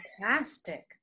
Fantastic